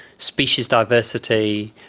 species diversity,